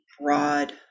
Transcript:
broad